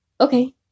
okay